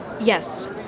Yes